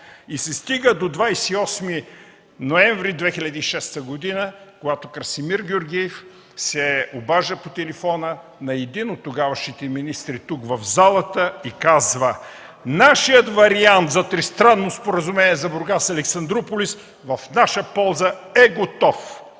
И се стига до 28 ноември 2006 г., когато Красимир Георгиев се обажда по телефона на един от тогавашните министри тук, в залата, и казва: „Нашият вариант за тристранно споразумение за „Бургас - Александруполис” в наша полза е готов.